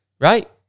right